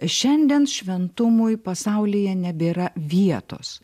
šiandien šventumui pasaulyje nebėra vietos